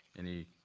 any